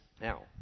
Now